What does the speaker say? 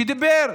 שדיבר,